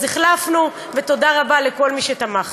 אז החלפנו, ותודה רבה לכל מי שתמך.